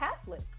Catholic